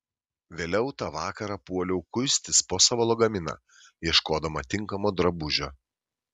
vėliau tą vakarą puoliau kuistis po savo lagaminą ieškodama tinkamo drabužio